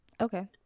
Okay